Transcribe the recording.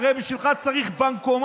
הרי בשביל זה צריך בנקומט,